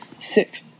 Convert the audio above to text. six